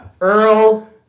Earl